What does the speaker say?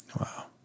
Wow